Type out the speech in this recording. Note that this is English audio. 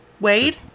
Wade